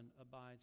abides